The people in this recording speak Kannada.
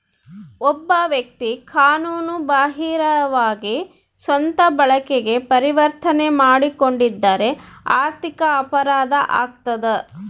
ಒಬ್ಬ ವ್ಯಕ್ತಿ ಕಾನೂನು ಬಾಹಿರವಾಗಿ ಸ್ವಂತ ಬಳಕೆಗೆ ಪರಿವರ್ತನೆ ಮಾಡಿಕೊಂಡಿದ್ದರೆ ಆರ್ಥಿಕ ಅಪರಾಧ ಆಗ್ತದ